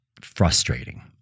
frustrating